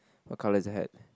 what colour is the hat